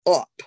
up